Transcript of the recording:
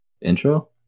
Intro